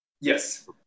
Yes